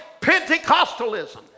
Pentecostalism